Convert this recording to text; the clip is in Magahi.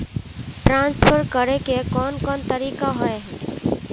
ट्रांसफर करे के कोन कोन तरीका होय है?